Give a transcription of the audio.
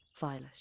Violet